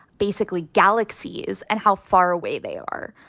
basically, galaxies and how far away they are.